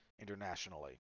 internationally